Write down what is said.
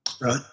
Right